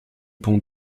pont